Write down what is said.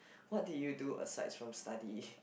what did you do asides from study